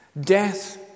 death